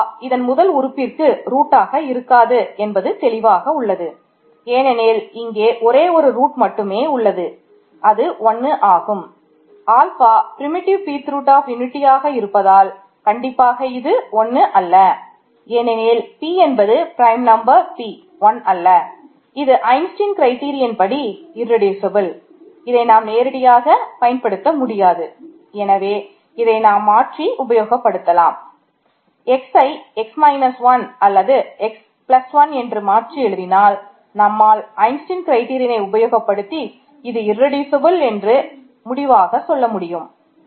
alpha என்று முடிவாக சொல்ல முடியும்